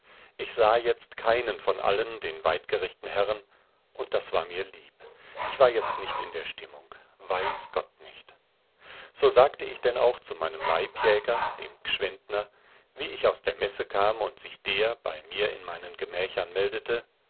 ich sah jetzt keinen von allen den weidgerechten herren und das war mir lieb ich war jetzt nicht in der stimmung weiß gott nicht so sagte ich denn auch zu meinem leibjäger dem g'schwendtner wie ich aus der messe kam und sich der bei mir in meinen gemächern meldete